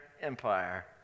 empire